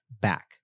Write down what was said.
back